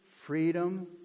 freedom